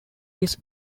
his